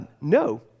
No